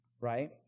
right